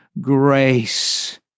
grace